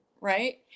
Right